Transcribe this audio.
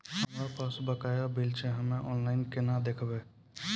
हमरा पास बकाया बिल छै हम्मे ऑनलाइन केना देखबै?